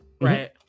right